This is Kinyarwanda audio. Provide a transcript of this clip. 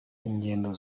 ingendo